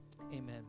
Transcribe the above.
amen